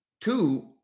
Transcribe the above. two